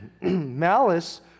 Malice